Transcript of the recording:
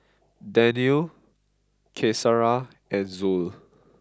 Danial Qaisara and Zul